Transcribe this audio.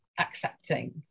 accepting